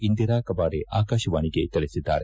ಇಂದಿರಾ ಕಬಾಡೆ ಆಕಾಶವಾಣಿಗೆ ತಿಳಿಸಿದ್ದಾರೆ